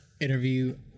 interview